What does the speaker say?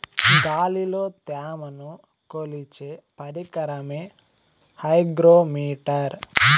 గాలిలో త్యమను కొలిచే పరికరమే హైగ్రో మిటర్